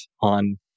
on